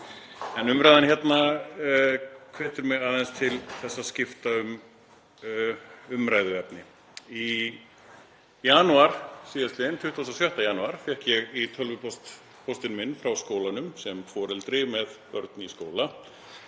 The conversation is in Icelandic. En umræðan hérna hvetur mig aðeins til þess að skipta um umræðuefni. Í janúar síðastliðnum, 26. janúar, fékk ég í tölvupóstinn minn frá skólanum, sem foreldri með börn í skóla,